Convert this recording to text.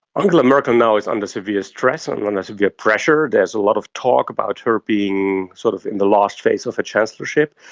angela merkel now is under severe stress and under severe pressure. there's a lot of talk about her being sort of in the last phase of her chancellorship.